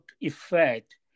effect